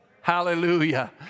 Hallelujah